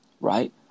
Right